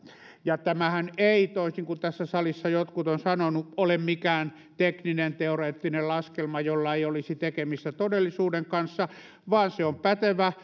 tämähän ei toisin kuin tässä salissa jotkut ovat sanoneet ole mikään tekninen teoreettinen laskelma jolla ei olisi tekemistä todellisuuden kanssa vaan se on pätevä